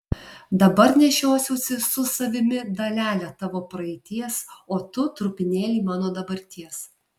dabar nešiosiuosi su savimi dalelę tavo praeities o tu trupinėlį mano dabarties